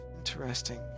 Interesting